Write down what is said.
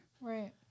Right